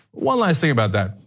one last thing about that.